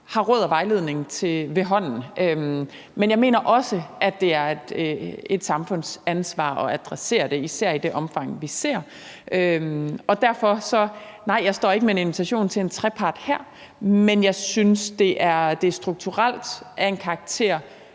har råd og vejledning ved hånden. Men jeg mener også, at det er et samfundsansvar at adressere det, især i det omfang vi ser det. Derfor kan jeg sige, at nej, jeg står ikke med en invitation til en trepart her, men jeg synes, at det strukturelt er af en karakter,